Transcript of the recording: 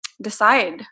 decide